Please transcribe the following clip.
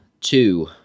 two